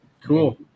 Cool